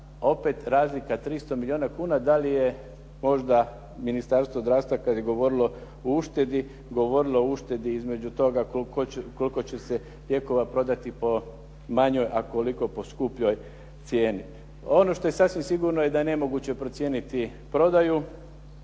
opet razlika 300 milijuna kuna da li je možda Ministarstvo zdravstva kad je govorilo o uštedi, govorilo o uštedi između toga koliko će se lijekova prodati po manjoj, a koliko po skupljoj cijeni. Ono što je sasvim sigurno je da je nemoguće procijeniti prodaju